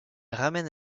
ramène